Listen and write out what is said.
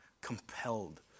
compelled